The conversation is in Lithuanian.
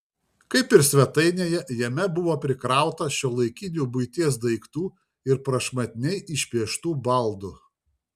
kaip ir svetainėje jame buvo prikrauta šiuolaikinių buities daiktų ir prašmatniai išpieštų baldų